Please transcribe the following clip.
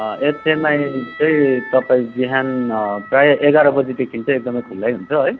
HMI चाहिँ तपाईँ बिहान प्रायः एघार बजीदेखि एकदम खुला हुन्छ है